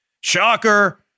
Shocker